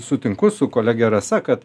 sutinku su kolege rasa kad